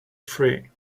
free